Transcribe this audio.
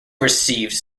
received